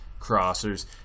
crossers